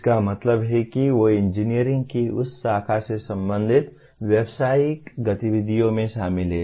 इसका मतलब है कि वे इंजीनियरिंग की उस शाखा से संबंधित व्यावसायिक गतिविधियों में शामिल हैं